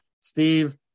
Steve